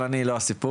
אבל אני לא הסיפור.